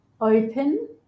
open